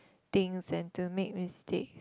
things and to make mistakes